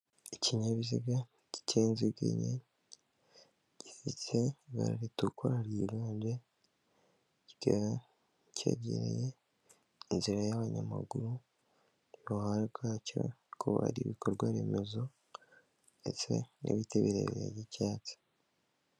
Ikinyabiziga gifite inziga enye gifite ibara ritukura ryiganje, rijya kwegera inzira y'abanyamaguru, ku ruhande rwacyo hari ibikorwa remezo ndetse n'ibiti birebire by'icyatsi.